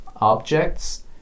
objects